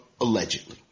Allegedly